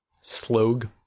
slog